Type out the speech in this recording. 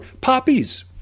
Poppies